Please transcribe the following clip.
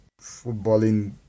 footballing